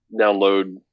download